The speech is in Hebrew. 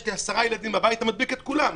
לי 10 ילדים בבית והם מדביקים את כולם,